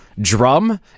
drum